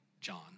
John